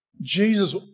Jesus